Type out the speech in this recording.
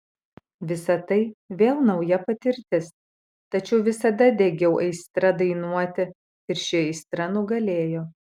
visa tai vėl nauja patirtis tačiau visada degiau aistra dainuoti ir ši aistra nugalėjo